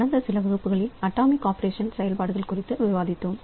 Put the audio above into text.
கடந்த சில வகுப்புகளில் அட்டாமிக் ஆபரேஷன் செயல்பாடுகள் குறித்து விவாதித்தோம்